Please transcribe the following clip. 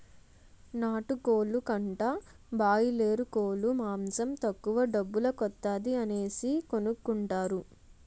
నాటుకోలు కంటా బాయలేరుకోలు మాసం తక్కువ డబ్బుల కొత్తాది అనేసి కొనుకుంటారు